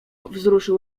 wzruszył